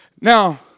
Now